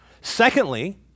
Secondly